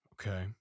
Okay